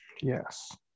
yes